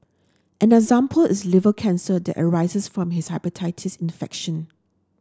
an example is liver cancer that arises from a hepatitis infection